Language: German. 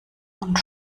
und